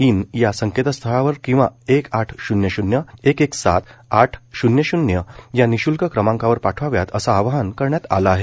in या संकेतस्थळावर किंवा एक आठ शून्य शून्य शून्य एक एक सात आठ शून्य शून्य या निःशूल्क क्रमांकावर पाठवाव्यात असं आवाहन करण्यात आलं आहे